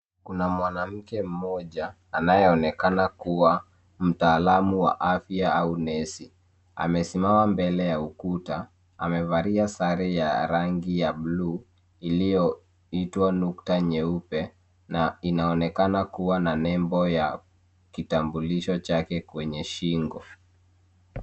Kuna mwanamke mmoja anayeonekana kuwa mtaalamu wa afya au nesi. Amesimama mbele ya ukuta. Amevalia sare ya rangi ya buluu iliyoitwa nukta nyeupe na inaonekana kuwa na nembo ya kitambulisho chake kwenye shingo.